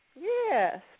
Yes